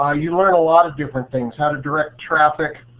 ah you learn a lot of different things how to direct traffic,